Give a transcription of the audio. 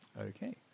Okay